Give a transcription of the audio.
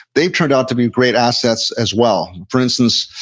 they've turned out to be great assets, as well. for instance,